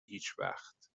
هیچوقت